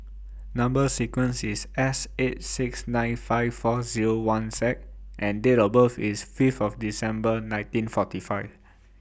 Number sequence IS S eight six nine five four Zero one Z and Date of birth IS Fifth of December one thousand nineteen and forty five